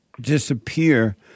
disappear